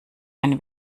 ein